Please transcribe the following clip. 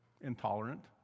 intolerant